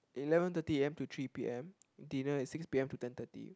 eleven thirty A_M to three P_M dinner is six P_M to ten thirty